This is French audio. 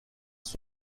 son